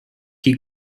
key